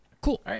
Cool